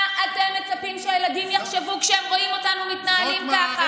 מה אתם מצפים שהילדים יחשבו כשהם רואים אותנו מתנהלים כך,